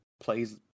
plays